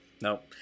Nope